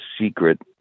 secret